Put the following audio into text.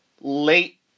late